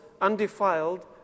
undefiled